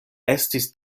estis